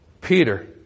Peter